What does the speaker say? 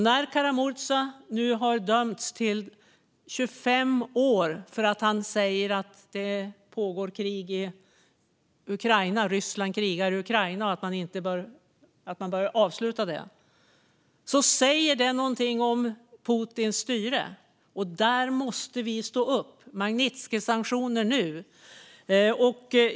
När Kara-Murza nu har dömts till 25 års fängelse för att ha sagt att Ryssland krigar i Ukraina och att man bör avsluta det säger det någonting om Putins styre. Där måste vi stå upp! Magnitskijsanktioner nu!